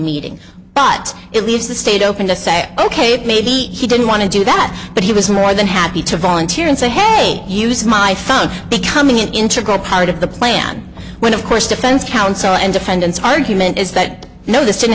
meeting but it leaves the state open to say ok maybe he didn't want to do that but he was more than happy to volunteer and say hey use my son becoming an integral part of the plan when of course defense counsel and defendants argument is that you know this didn't